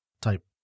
type